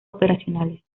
operacionales